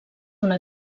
una